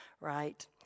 Right